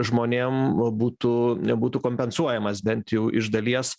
žmonėm būtų būtų kompensuojamas bent jau iš dalies